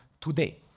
today